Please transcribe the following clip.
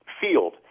Field